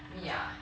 me ah